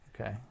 Okay